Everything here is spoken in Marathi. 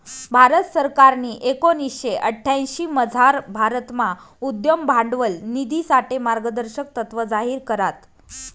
भारत सरकारनी एकोणीशे अठ्यांशीमझार भारतमा उद्यम भांडवल निधीसाठे मार्गदर्शक तत्त्व जाहीर करात